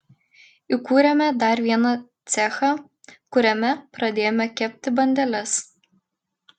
įkūrėme dar vieną cechą kuriame pradėjome kepti bandeles